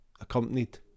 accompanied